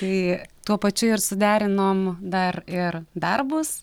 tai tuo pačiu ir suderinom dar ir darbus